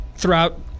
throughout